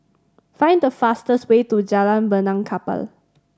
find the fastest way to Jalan Benaan Kapal